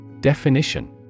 Definition